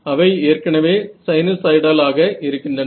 அவை ஏற்கனவே சைனுசாய்டல் ஆக இருக்கின்றன